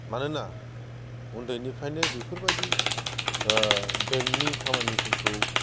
मानोना उन्दैनिफ्रायनो बेफोरबायदि बेंकनि खामानिफोरखौ